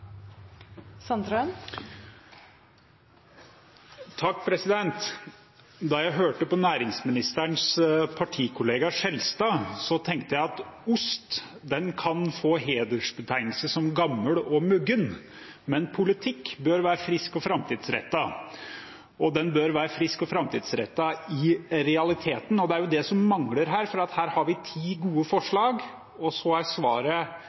Da jeg hørte på næringsministerens partikollega Skjelstad, tenkte jeg at ost kan få hedersbetegnelser som gammel og muggen, men politikk bør være frisk og framtidsrettet. Den bør være frisk og framtidsrettet i realiteten, og det er det som mangler her. For her har vi ti gode forslag, og så er svaret: